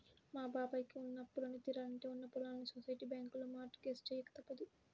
మా బాబాయ్ కి ఉన్న అప్పులన్నీ తీరాలంటే ఉన్న పొలాల్ని సొసైటీ బ్యాంకులో మార్ట్ గేజ్ చెయ్యక తప్పదు